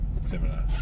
similar